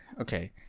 okay